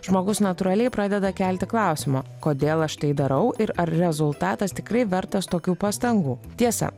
žmogus natūraliai pradeda kelti klausimą kodėl aš tai darau ir ar rezultatas tikrai vertas tokių pastangų tiesa